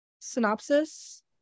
synopsis